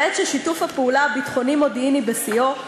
בעת ששיתוף הפעולה הביטחוני-מודיעיני בשיאו,